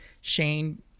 Shane